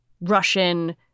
Russian